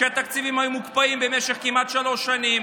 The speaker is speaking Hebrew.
כשהתקציבים היו מוקפאים במשך כמעט שלוש שנים,